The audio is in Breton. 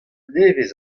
nevez